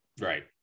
Right